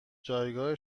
جایگاه